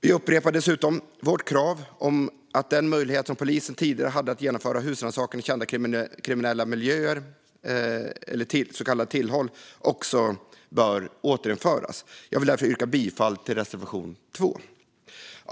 Vi upprepar dessutom vårt krav om att den möjlighet som polisen tidigare hade att genomföra husrannsakan i kända kriminella miljöer, så kallade tillhåll, också ska återinföras. Jag vill därför yrka bifall till reservation 2.